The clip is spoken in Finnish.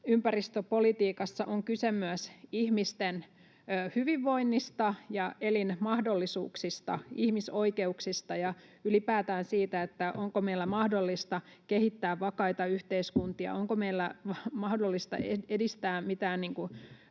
ympäristöpolitiikassa on kyse myös ihmisten hyvinvoinnista ja elinmahdollisuuksista, ihmisoikeuksista ja ylipäätään siitä, onko meillä mahdollista kehittää vakaita yhteiskuntia, onko meillä mahdollista edistää mitään